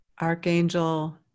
Archangel